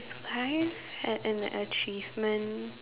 surprised at an achievement